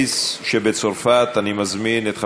בחירות בבתי-סוהר ובבתי-מעצר) תועבר